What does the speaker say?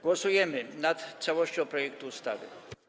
Głosujemy nad całością projektu ustawy.